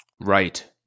Right